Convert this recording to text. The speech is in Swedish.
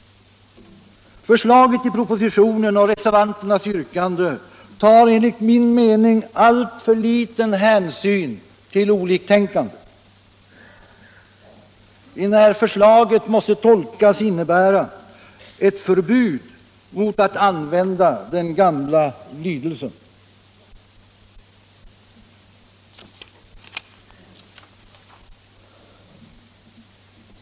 Förslaget i pronositionen och reservanternas yrkande tar enligt min mening alltför liten hänsyn till oliktänkande, enär förslaget måste anses innebära ett förbud mot att använda den gamla lydelsen.